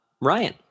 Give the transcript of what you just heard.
Ryan